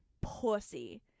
pussy